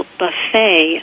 buffet